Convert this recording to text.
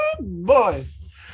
boys